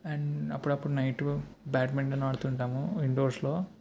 and అప్పుడప్పుడు night badminton ఆడుతుంటాము ఇండోర్స్లో